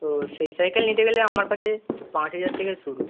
তো সেই সাইকেল নিতে গেলে আমার কাছে পাঁচ হাজার থেকে শুরু